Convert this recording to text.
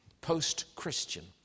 post-Christian